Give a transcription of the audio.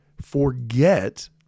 forget